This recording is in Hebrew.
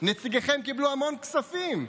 נציגיכם קיבלו המון כספים.